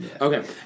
okay